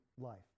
life